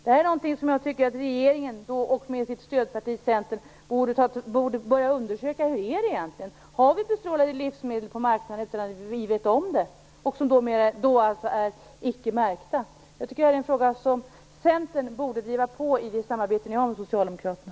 Det är något som jag anser att regeringen med sitt stödparti Centern borde börja undersöka. Hur är det egentligen - har vi bestrålade livsmedel på marknaden utan att veta om det, alltså livsmedel som inte är märkta? Det är en fråga som Centern borde driva i sitt samarbete med Socialdemokraterna.